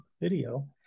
video